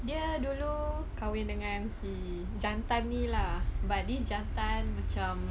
dia dulu kahwin dengan jantan ni lah but this jantan macam